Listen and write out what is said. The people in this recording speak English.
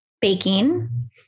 baking